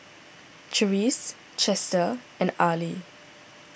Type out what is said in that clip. Cherise Chester and Arley